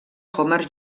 homer